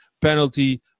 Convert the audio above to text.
penalty